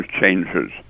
changes